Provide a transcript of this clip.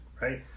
right